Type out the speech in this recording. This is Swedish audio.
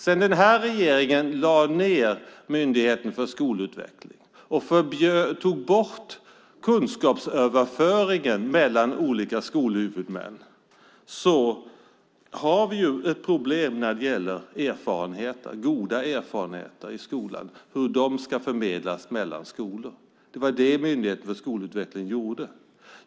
Sedan den här regeringen lade ned Myndigheten för skolutveckling och tog bort kunskapsöverföringen mellan olika skolhuvudmän har vi ett problem när det gäller hur goda erfarenheter ska förmedlas mellan skolor. Det gjorde Myndigheten för skolutveckling.